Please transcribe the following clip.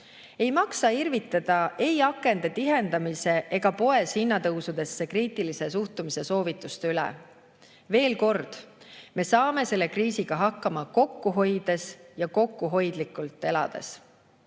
Ei maksa irvitada ei akende tihendamise ega poes hinnatõusudesse kriitilise suhtumise soovituste üle. Veel kord: me saame selle kriisiga hakkama kokku hoides ja kokkuhoidlikult elades.